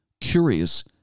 curious